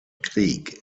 krieg